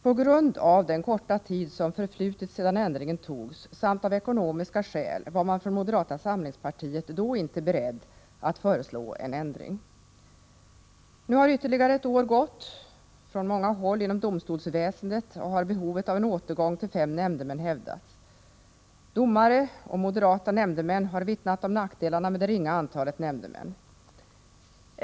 På grund av den korta tid som förflutit sedan ändringen togs samt av ekonomiska skäl var man från moderata samlingspartiet då inte beredd att föreslå en ändring. Nu har ytterligare ett år gått. Från många håll inom domstolsväsendet har behovet av en återgång till fem nämndemän hävdats. Domare och moderata nämndemän har vittnat om nackdelarna med det ringa antalet nämndemän.